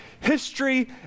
history